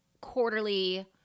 quarterly